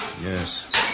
Yes